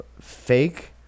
fake